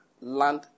land